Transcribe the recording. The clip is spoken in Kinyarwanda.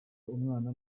umwana